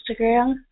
Instagram